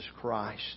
Christ